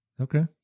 Okay